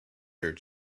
her